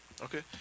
okay